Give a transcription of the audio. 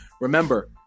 Remember